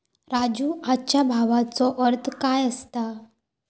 राजू, आजच्या भावाचो अर्थ काय असता?